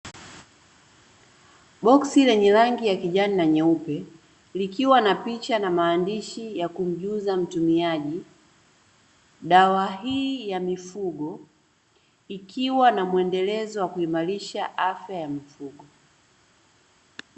Boksi lenye rangi ya kijani na meupe likwa na picha yenye maandishi ya kumjuza mtumiaji dawa hii ya mifugo ikiwa na muendelezo wa kuimarisha afya ya mifugo.